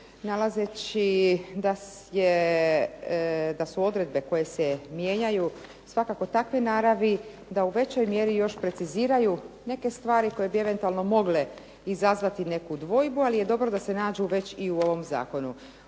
nalazeći da su odredbe koje se mijenjaju svakako takve naravi da u većoj mjeri još preciziraju neke stvari koje bi eventualno mogle izazvati neku dvojbu, ali je dobro da se nađu već i u ovom zakonu.